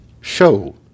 show